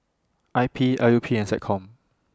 I P L U P and Seccom